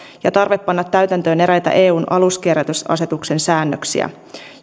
ja tarve panna täytäntöön eräitä eun aluskierrätysasetuksen säännöksiä